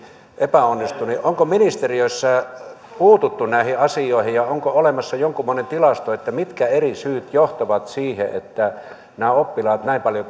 epäonnistuu onko ministeriössä puututtu näihin asioihin ja onko olemassa jonkunmoinen tilasto mitkä eri syyt johtavat siihen että nämä oppilaat näin paljon